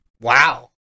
Wow